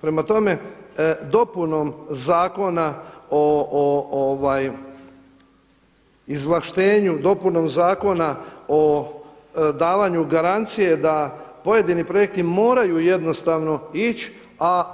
Prema tome, dopunom Zakona o izvlaštenju, dopunom Zakona o davanju garancije da pojedini projekti moraju ići, a